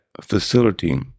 facility